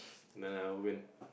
then I will win